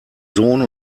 sohn